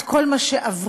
את כל מה שעברו,